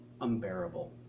unbearable